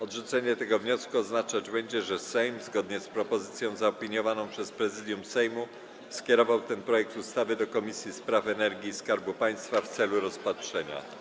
Odrzucenie tego wniosku oznaczać będzie, że Sejm, zgodnie z propozycją zaopiniowaną przez Prezydium Sejmu, skierował ten projekt ustawy do Komisji do Spraw Energii i Skarbu Państwa w celu rozpatrzenia.